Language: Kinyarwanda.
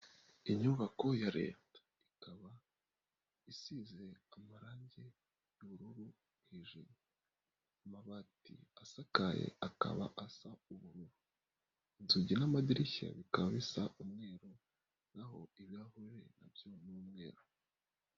Inyubako ya leta, ikaba isize amarangi y'ubururu hejuru. Amabati asakaye akaba asa ubururu. Inzugi n'amadirishya bikaba bisa umweru naho ibirahure na byo ni umweru.